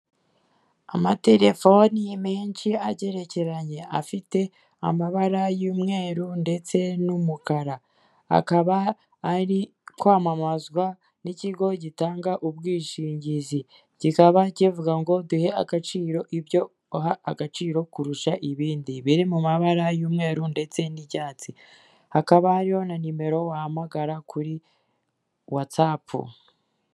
Amaterefone menshi agerekeranye, afite amabara y'umweru ndetse n'umukara, akaba ari kwamamazwa n'ikigo gitanga ubwishingizi, kikaba kivuga ngo duhe agaciro ibyo uha agaciro kurusha ibindi, biri mu mabara y'umweru ndetse n'ibyatsi, hakaba ariyo na nimero wahamagara kuri watsapu.